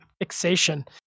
fixation